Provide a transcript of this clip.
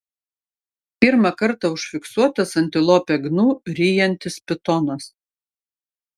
pirmą kartą užfiksuotas antilopę gnu ryjantis pitonas